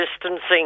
distancing